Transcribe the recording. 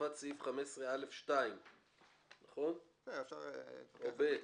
להוספת סעיף 15א2 או ב.